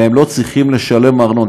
והן לא צריכות לשלם ארנונה.